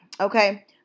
Okay